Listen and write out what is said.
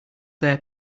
their